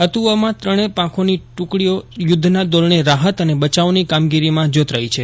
અતુવામાં ત્રપ્રેય પાંખોની ટૂકડીઓ યુધ્ધના ધોરપ્રે રાહત અને બચાવની કાયગીરીમાં જોતરાઈ છે